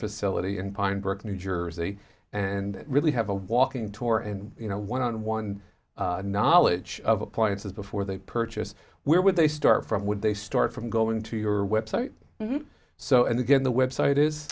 facility in pine brook new jersey and really have a walking tour and you know one on one knowledge of appliances before they purchase where would they start from would they start from going to your website so again the website is